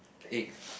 egg